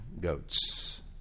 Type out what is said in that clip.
goats